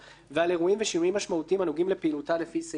ועל אירועים ושינויים משמעותיים הנוגעים לפעילותה לפי סעיף זה.